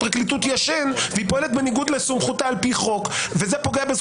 בפרקליטות ישן והיא פועלת בניגוד לסמכותה על פי חוק.